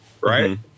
right